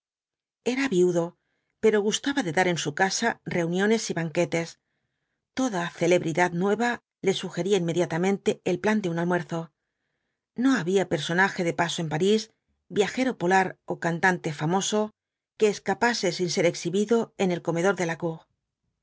era viudo pero gustaba de dar en su casa reuniones y banquetes toda celebridad nueva le sugería inmediatamente el plan de un almuerzo no había personaje de paso en parís viajero polar ó cantante famoso que escapase sin ser exhibido en el comedor de